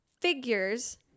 Figures